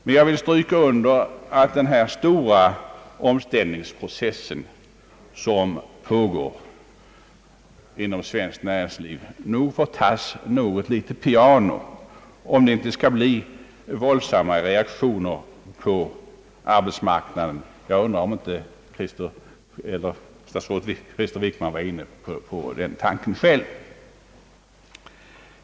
Men jag vill understryka att den stora omställningsprocess som pågår inom svenskt näringsliv får tas något piano, om det inte skall bli våldsamma reaktioner på arbetsmarknaden. Jag undrar om inte statsrådet Wickman själv var inne på den tanken.